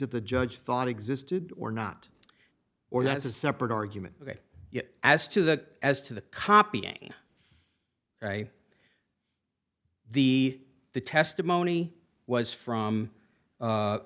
of the judge thought existed or not or that's a separate argument that as to that as to the copying the the testimony was from